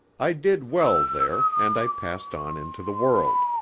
i did well there, and i passed on into the world.